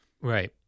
Right